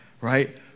right